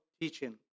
teaching